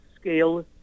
scale